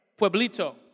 Pueblito